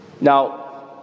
Now